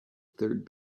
third